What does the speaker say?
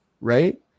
right